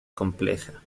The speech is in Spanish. compleja